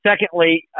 Secondly